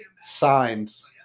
Signs